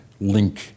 link